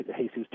Jesus